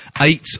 Eight